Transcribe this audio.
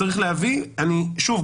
שוב,